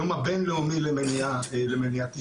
היום הבין-לאומי למניעת עישון.